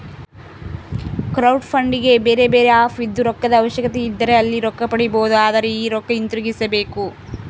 ಕ್ರೌಡ್ಫಂಡಿಗೆ ಬೇರೆಬೇರೆ ಆಪ್ ಇದ್ದು, ರೊಕ್ಕದ ಅವಶ್ಯಕತೆಯಿದ್ದರೆ ಅಲ್ಲಿ ರೊಕ್ಕ ಪಡಿಬೊದು, ಆದರೆ ಈ ರೊಕ್ಕ ಹಿಂತಿರುಗಿಸಬೇಕು